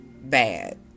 Bad